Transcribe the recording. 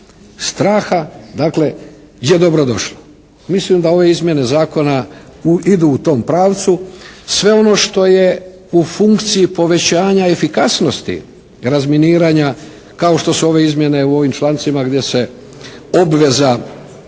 dakle je dobro došlo. Mislim da ove izmjene zakona idu u tom pravcu. Sve ono što je u funkciji povećanja efikasnosti razminiranja kao što su ove izmjene u ovim člancima gdje se obveza